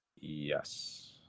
Yes